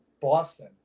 Boston